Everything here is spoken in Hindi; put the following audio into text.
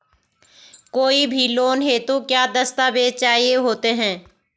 कोई भी लोन हेतु क्या दस्तावेज़ चाहिए होते हैं?